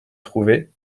trouvé